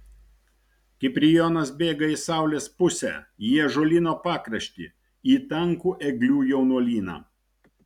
kiprijonas bėga į saulės pusę į ąžuolyno pakraštį į tankų eglių jaunuolyną